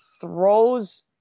throws